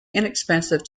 inexpensive